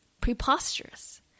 Preposterous